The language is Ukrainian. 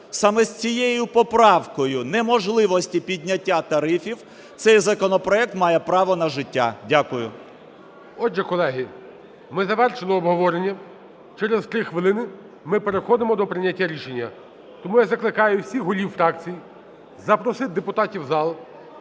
Саме з цією поправкою неможливості підняття тарифів цей законопроект має право на життя. Дякую. ГОЛОВУЮЧИЙ. Отже, колеги, ми завершили обговорення, через 3 хвилини ми переходимо до прийняття рішення. Тому я закликаю всіх голів фракцій запросити депутатів в зал,